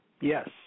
Yes